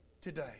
today